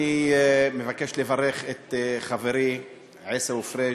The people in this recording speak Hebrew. אני מבקש לברך את חברי עיסאווי פריג'